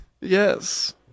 Yes